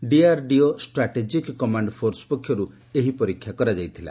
DRDO strategic command force ପକ୍ଷରୂ ଏହି ପରୀକ୍ଷା କରାଯାଇଥିଲା